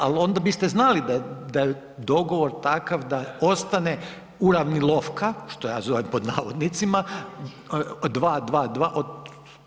Ali onda biste znali da je dogovor takav da ostane Uravnilovka što ja zovem pod navodnicima, dva, dva.